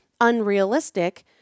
unrealistic